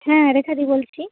হ্যাঁ রেখাদি বলছি